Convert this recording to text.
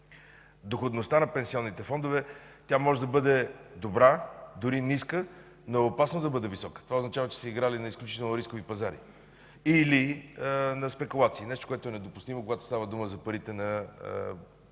доходността на пенсионните фондове може да бъде добра, дори ниска, но е опасно да бъде висока – това означава, че са играли на изключително рискови пазари или на спекулации, нещо, което е недопустимо, когато става дума за парите на гражданите на